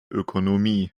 ökonomie